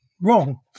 wrong